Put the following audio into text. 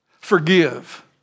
Forgive